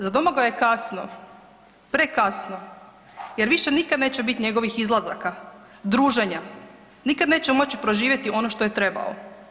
Za Domagoja je kasno, prekasno jer više nikada neće biti njegovih izlazaka, druženja, nikad neće moći proživjeti ono što je trebao.